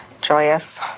joyous